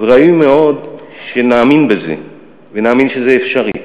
וראוי מאוד שנאמין בזה ונאמין שזה אפשרי.